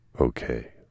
okay